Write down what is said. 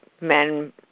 men